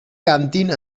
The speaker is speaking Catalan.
cantin